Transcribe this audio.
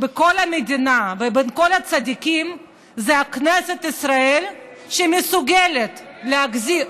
בכל המדינה ובין כל הצדיקים זה כנסת ישראל שמסוגלת אדוני היושב-ראש,